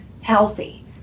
healthy